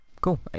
Cool